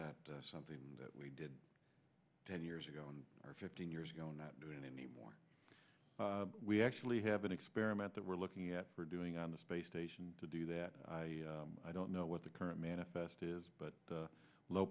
energy something that we did ten years ago and are fifteen years ago not doing any more we actually have an experiment that we're looking at we're doing on the space station to do that i don't know what the current manifest is but a low